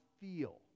feel